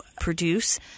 produce